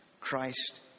Christ